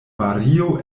mario